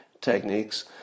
techniques